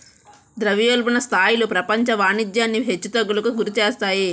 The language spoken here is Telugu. ద్రవ్యోల్బణ స్థాయిలు ప్రపంచ వాణిజ్యాన్ని హెచ్చు తగ్గులకు గురిచేస్తాయి